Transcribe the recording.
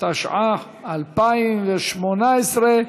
התשע"ח 2018,